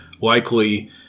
likely